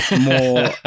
more